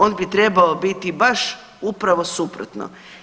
On bi trebao biti baš upravo suprotno.